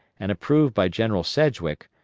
and approved by general sedgwick,